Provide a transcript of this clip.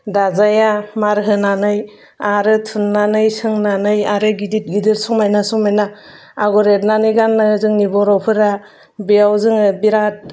दाजाया मार होनानै आरो थुननानै सोंनानै आरो गिदिद गिदिद समायना समायना आगर एरनानै गानो जोंनि बर'फोरा बेयाव जोङो बिराद